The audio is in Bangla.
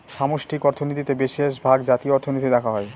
সামষ্টিক অর্থনীতিতে বিশেষভাগ জাতীয় অর্থনীতি দেখা হয়